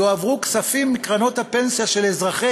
יועברו כספים מקרנות הפנסיה של אזרחי